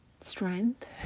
Strength